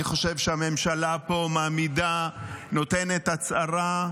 אני חושב שהממשלה פה מעמידה, נותנת הצהרה,